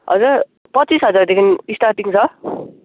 हजुर पच्चिस हजारदेखि स्टार्टिङ छ